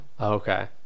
Okay